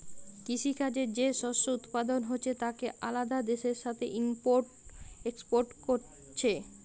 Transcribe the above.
কৃষি কাজে যে শস্য উৎপাদন হচ্ছে তাকে আলাদা দেশের সাথে ইম্পোর্ট এক্সপোর্ট কোরছে